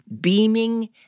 beaming